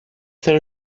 there